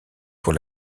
pour